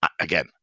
again